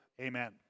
amen